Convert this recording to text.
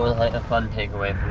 a fun takeaway